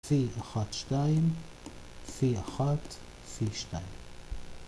‫פי 1, 2, פי 1, פי 2.